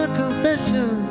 confession